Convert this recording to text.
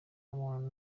muntu